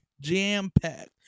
jam-packed